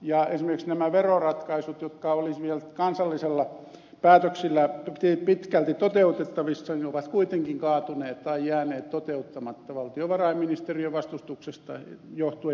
esimerkiksi nämä veroratkaisut jotka olisivat kansallisilla päätöksillä pitkälti toteutettavissa ovat kuitenkin kaatuneet tai jääneet toteuttamatta valtiovarainministeriön vastustuksesta johtuen ilmeisesti